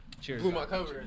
Cheers